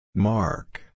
Mark